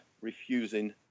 refusing